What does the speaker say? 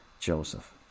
Joseph